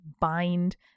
bind